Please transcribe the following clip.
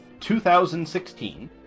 2016